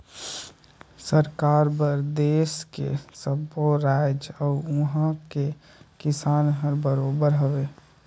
सरकार बर देस के सब्बो रायाज अउ उहां के किसान हर बरोबर हवे